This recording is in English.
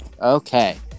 okay